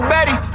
Betty